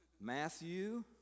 Matthew